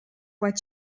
what